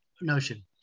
notion